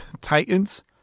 Titans